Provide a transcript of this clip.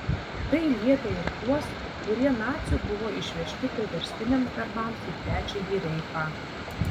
tai lietė ir tuos kurie nacių buvo išvežti priverstiniams darbams į trečiąjį reichą